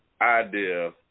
idea